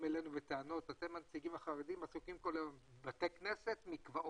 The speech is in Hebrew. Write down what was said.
אלינו בטענות שהנציגים החרדים עסוקים כל היום בבתי כנסת ובמקוואות.